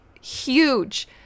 huge